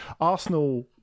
Arsenal